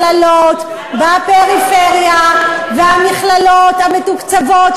את צריכה לזעוק את זעקתן של המכללות בפריפריה והמכללות המתוקצבות,